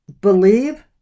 Believe